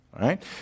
right